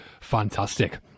fantastic